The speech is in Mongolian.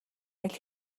аль